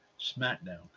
SmackDown